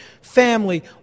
family